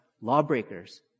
lawbreakers